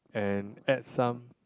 and add some